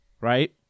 right